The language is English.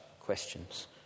questions